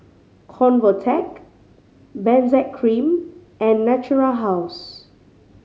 Convatec Benzac Cream and Natura House